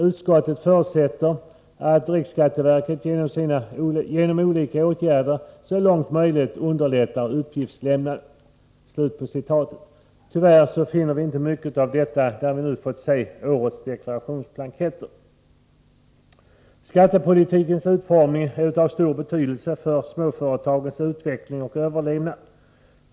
Utskottet förutsätter att RSV genom olika åtgärder så långt möjligt underlättar uppgiftslämnandet.” Tyvärr finner vi inte så mycket av detta när vi nu fått se årets deklarationsblanketter. Skattepolitikens utformning är av stor betydelse för småföretagens utveckling och överlevnad.